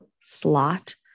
slot